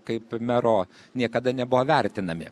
kaip mero niekada nebuvo vertinami